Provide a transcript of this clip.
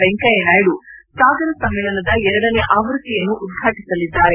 ವೆಂಕಯ್ಣನಾಯ್ನು ಸಾಗರ ಸಮ್ನೇಳನದ ಎರಡನೇ ಆವೃತ್ತಿಯನ್ನು ಉದ್ವಾಟಿಸಲಿದ್ದಾರೆ